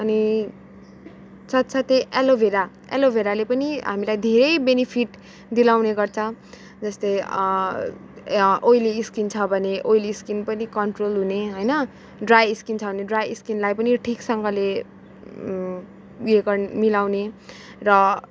अनि साथ साथै एलोभेरा एलोभेराले पनि हामीलाई धेरै बेनिफिट दिलाउने गर्छ जस्तै ओइली स्किन छ भने ओइली स्किन पनि कन्ट्रोल हुने होइन ड्राई स्किन छ भने ड्राई स्किललाई पनि ठिकसँगले उयो गर मिलाउने र